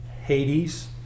Hades